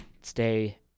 stay